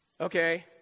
Okay